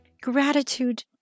Gratitude